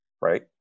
right